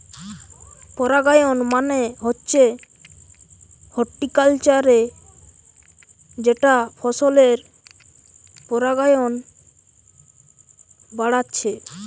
পরাগায়ন মানে হচ্ছে হর্টিকালচারে যেটা ফসলের পরাগায়ন বাড়াচ্ছে